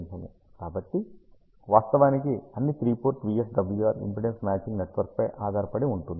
కాబట్టి వాస్తవానికి అన్ని three port VSWR impedance matching నెట్వర్క్పై ఆధారపడి ఉంటుంది